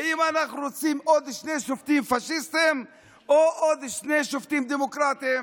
האם אנחנו רוצים עוד שני שופטים פשיסטים או עוד שני שופטים דמוקרטים?